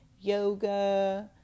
yoga